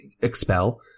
expel